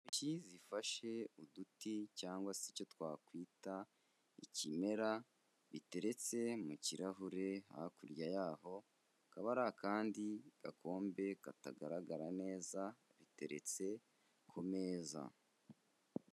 Intoki zifashe uduti cyangwa se icyo twakwita ikimera, biteretse mu kirahure, hakurya yaho hakaba hari akandi gakombe katagaragara neza, biteretse ku meza.